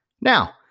Now